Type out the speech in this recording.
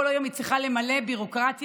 כל היום היא צריכה למלא ביורוקרטיה.